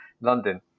London